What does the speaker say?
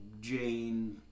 Jane